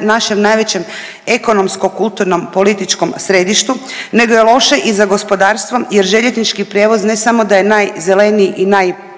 našem najvećem ekonomsko, kulturnom, političkom središtu nego je loše i za gospodarstvo jer željeznički prijevoz ne samo da je najzeleniji i najsigurniji